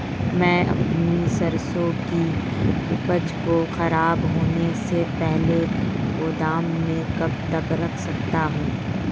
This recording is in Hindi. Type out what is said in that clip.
मैं अपनी सरसों की उपज को खराब होने से पहले गोदाम में कब तक रख सकता हूँ?